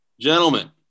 Gentlemen